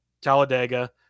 Talladega